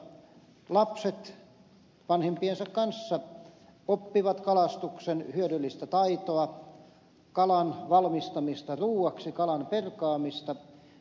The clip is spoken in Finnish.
sitä kautta lapset vanhempiensa kanssa oppivat kalastuksen hyödyllistä taitoa kalan valmistamista ruuaksi kalan perkaamista